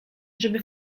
żeby